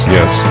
Yes